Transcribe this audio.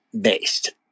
based